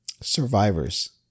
survivors